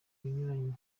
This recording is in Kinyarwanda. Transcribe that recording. ikinyuranyo